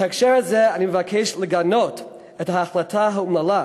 בהקשר זה אני מבקש לגנות את ההחלטה האומללה